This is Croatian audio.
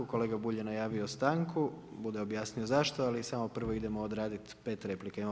Kolega Bulj je najavio stanku, bude objasnio zašto ali samo prvo idemo odraditi 5 replika imamo.